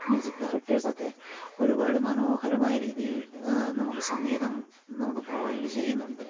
music ഡയറക്ടേഴ്സൊക്കെ ഒരുപാട് മനോഹരമായ രീതിയിൽ നമുക്ക് സംഗീതം നമുക്ക് പ്രൊവൈഡ് ചെയ്യുന്നുണ്ട്